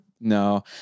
No